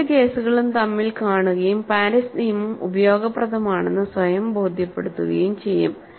രണ്ട് കേസുകളും നമ്മൾ കാണുകയും പാരീസ് നിയമം ഉപയോഗപ്രദമാണെന്ന് സ്വയം ബോധ്യപ്പെടുത്തുകയും ചെയ്യും